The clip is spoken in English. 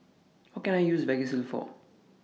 What Can I use Vagisil For